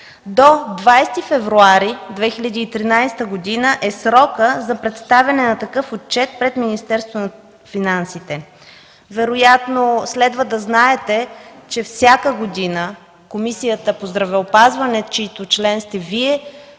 До 20 февруари 2013 г. е срокът за представяне на такъв отчет пред Министерството на финансите. Следва да знаете, че всяка година Комисията по здравеопазване, чийто член сте Вие,